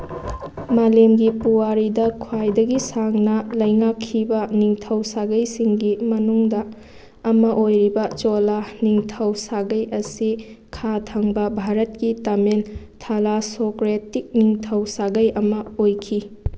ꯃꯥꯂꯦꯝꯒꯤ ꯄꯨꯋꯥꯔꯤꯗ ꯈ꯭ꯋꯥꯏꯗꯒꯤ ꯁꯥꯡꯅ ꯂꯩꯉꯥꯛꯈꯤꯕ ꯅꯤꯡꯊꯧ ꯁꯥꯒꯩꯁꯤꯡꯒꯤ ꯃꯅꯨꯡꯗ ꯑꯃ ꯑꯣꯏꯔꯤꯕ ꯆꯣꯂꯥ ꯅꯤꯡꯊꯧ ꯁꯥꯒꯩ ꯑꯁꯤ ꯈꯥ ꯊꯪꯕ ꯚꯥꯔꯠꯀꯤ ꯇꯥꯃꯤꯜ ꯊꯂꯥꯁꯁꯣꯀ꯭ꯔꯦꯇꯤꯛ ꯅꯤꯡꯊꯧ ꯁꯥꯒꯩ ꯑꯃ ꯑꯣꯏꯈꯤ